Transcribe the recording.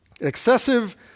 excessive